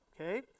okay